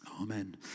Amen